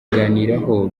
kubiganiraho